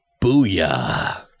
Booyah